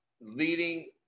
leading